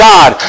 God